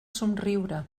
somriure